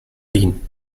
wien